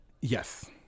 Yes